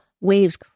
waves